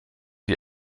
die